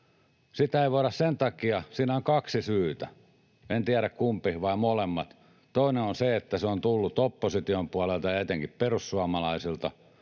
Sitä ei voida tehdä sen takia, että on kaksi syytä — en tiedä, kumpi vai molemmat. Toinen on se, että se on tullut opposition puolelta ja etenkin perussuomalaisilta,